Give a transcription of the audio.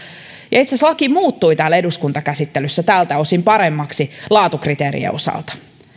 ja itse asiassa laki muuttui täällä eduskuntakäsittelyssä tältä osin paremmaksi laatukriteerien osalta